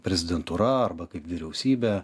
prezidentūra arba kaip vyriausybė